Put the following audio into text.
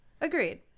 Agreed